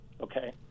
Okay